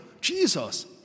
Jesus